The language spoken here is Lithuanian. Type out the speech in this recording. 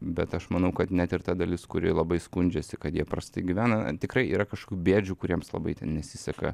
bet aš manau kad net ir ta dalis kuri labai skundžiasi kad jie prastai gyvena tikrai yra kažkokių bėdžių kuriems labai ten nesiseka